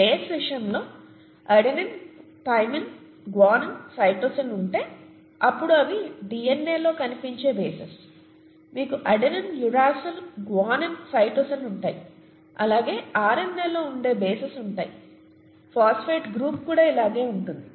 base విషయంలో adenine thymine guanine cytosine ఉంటే అప్పుడు అవి డీఎన్ఏ లో కనిపించే బేసెస్ మీకు అడెనిన్ యురాసిల్ గ్వానైన్ సైటోసిన్ ఉంటాయి అలాగే ఆర్ఎన్ఏ లో ఉండే బేసెస్ ఉంటాయి ఫాస్ఫేట్ గ్రూప్ కూడా ఇలాగే ఉంటుంది